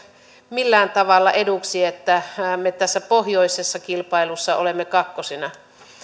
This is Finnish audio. millään tavalla eduksi että me tässä pohjoisessa kilpailussa olemme kakkosena